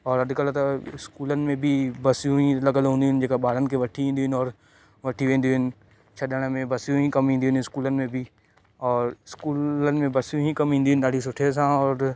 और अॼकल्ह त स्कूलनि में बि बसियूं ई लॻियल हूदियूं इन जेका ॿारनि खे वठी ईंदियूं आहिनि और वठियूं वेंदियूं आहिनि छॾण में बसियूं ई कम ईंदियूं आहिनि स्कूलनि में बि और स्कूलनि में बसियूं ई कम ईंदियूं आहिनि ॾाढी सुठे सां और